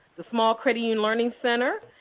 the small credit union learning center,